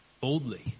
boldly